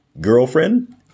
girlfriend